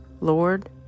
Lord